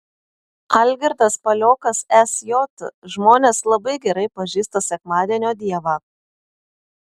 algirdas paliokas sj žmonės labai gerai pažįsta sekmadienio dievą